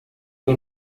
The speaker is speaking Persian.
شتر